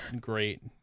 great